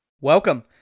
Welcome